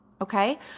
okay